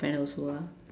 friend also ah